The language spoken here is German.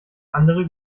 andere